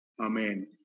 Amen